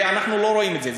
ואנחנו לא רואים את זה.